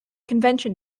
convention